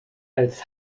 als